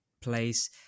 place